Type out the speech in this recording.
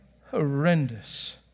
horrendous